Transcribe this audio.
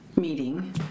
meeting